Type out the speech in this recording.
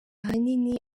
ahanini